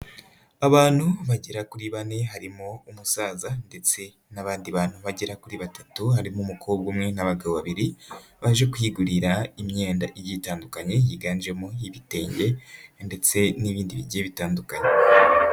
Abantu bagera kuri bane harimo umusaza ndetse n'abandi bantu bagera kuri batatu, harimo umukobwa umwe n'abagabo babiri baje kwigurira imyenda igiye itandukanye yiganjemo ibitenge ndetse n'ibindi bigiye bitandukanye.